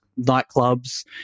nightclubs